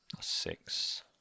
Six